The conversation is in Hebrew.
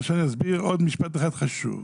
עכשיו אני אסביר עוד משפט אחד חשוב.